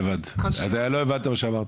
לא הבנת מה שאמרתי.